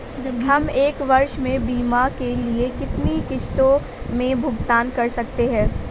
हम एक वर्ष में बीमा के लिए कितनी किश्तों में भुगतान कर सकते हैं?